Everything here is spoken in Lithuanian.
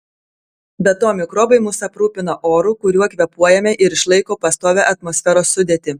be to mikrobai mus aprūpina oru kuriuo kvėpuojame ir išlaiko pastovią atmosferos sudėtį